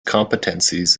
competencies